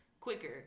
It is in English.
quicker